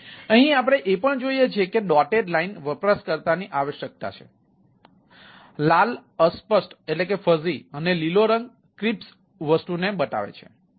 અહીં આપણે એ પણ જોઈએ છીએ કે ડોટેડ લાઈન વસ્તુ ને દર્શાવે છે